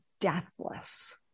deathless